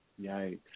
Yikes